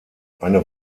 eine